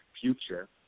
future